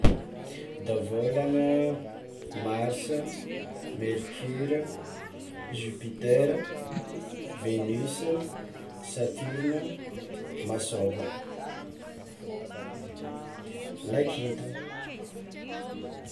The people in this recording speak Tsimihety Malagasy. Davôlagna, marsa, mercura, jupitera, venus, saturne, masôva, lakintagna.